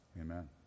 Amen